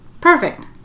Perfect